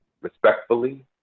respectfully